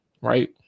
right